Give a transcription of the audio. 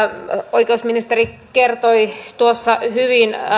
oikeusministeri kertoi tuossa hyvin